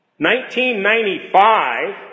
1995